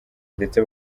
ndetse